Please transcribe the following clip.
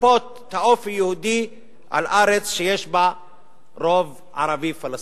ולכפות את האופי היהודי על ארץ שיש בה רוב ערבי פלסטיני.